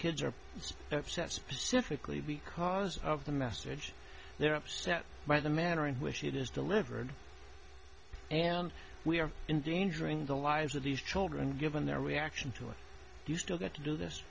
kids are upset specifically because of the message they're upset by the manner in which it is delivered and we are in danger in the lives of these children given their reaction to it you still get to do this